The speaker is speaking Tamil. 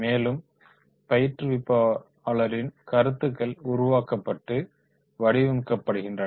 மேலும் பயிற்றுவிப்பாளர்களின் கருத்துக்கள் உருவாக்கப்பட்டு வடிவமைக்கப்படுகின்றன